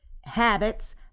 habits